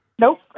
Nope